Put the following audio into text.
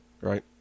right